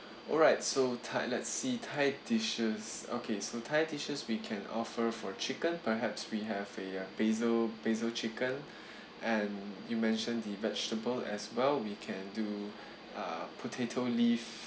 alright so thai let's see thai dishes okay so thai dishes we can offer for chicken perhaps we have a basil basil chicken and you mention the vegetable as well we can do uh potato leaves